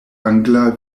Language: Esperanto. angla